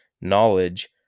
knowledge